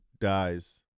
dies